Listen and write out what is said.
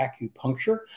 acupuncture